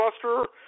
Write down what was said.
cluster